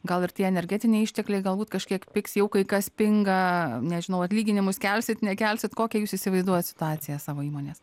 gal ir tie energetiniai ištekliai galbūt kažkiek pigs jau kai kas pinga nežinau atlyginimus kelsite nekelsite kokią jūs įsivaizduojate situaciją savo įmonės